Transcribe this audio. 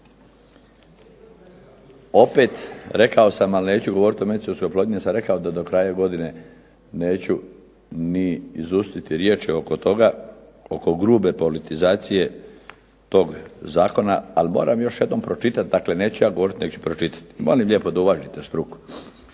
Opet rekao sam, ali neću govorit o medicinskoj oplodnji, jer sam rekao da do kraja godine neću ni izustiti riječi oko toga, oko grube politizacije tog zakona, ali moram još jednom pročitat, dakle neću ja govorit nego ću pročitat. Molim lijepo da uvažite struku.